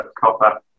copper